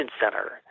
center